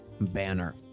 banner